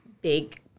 big